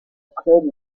claude